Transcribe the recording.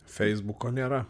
feisbuko nėra